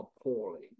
appalling